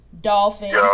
Dolphins